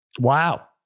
Wow